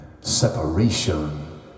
separation